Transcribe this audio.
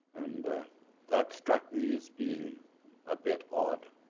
and that struck me as being a bit odd,